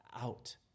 out